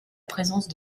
présence